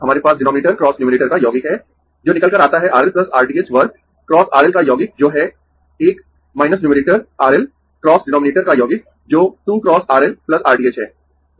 हमारे पास denominator × numerator का यौगिक है जो निकल कर आता है R L R t h वर्ग × R L का यौगिक जो है 1 न्यूमेरटर R L × डीनोमिनेटर का यौगिक जो 2 × R L R t h है